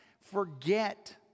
forget